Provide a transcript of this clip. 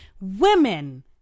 women